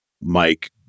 mike